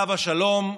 עליו השלום,